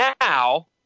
now